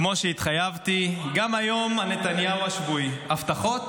כמו שהתחייבתי, גם היום: הנתניהו השבועי, ההבטחות